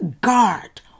guard